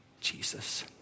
Jesus